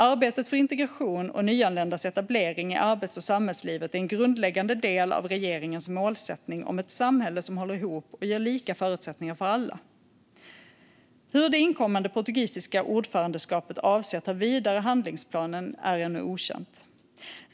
Arbetet för integration och nyanländas etablering i arbets och samhällslivet är en grundläggande del av regeringens målsättning om ett samhälle som håller ihop och ger lika förutsättningar för alla. Hur det inkommande portugisiska ordförandeskapet avser att ta vidare handlingsplanen är ännu okänt.